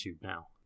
now